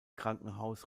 krankenhaus